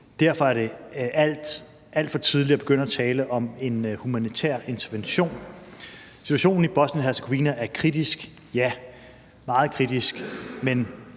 Derfor er det alt for tidligt at begynde at tale om en humanitær intervention. Situationen i Bosnien-Hercegovina er kritisk, ja, meget kritisk,